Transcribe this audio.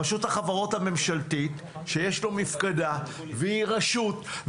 רשות החברות הממשלתית, שיש לה מפקדה והיא רשות.